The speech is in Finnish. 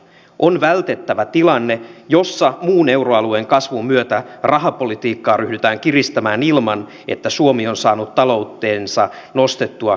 kun vältettävä tilanne jossa on euroalueen kasvun myötä rahapolitiikkaa ryhdytään kiristämään ilman että suomi on saanut taloutensa nostettua